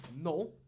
No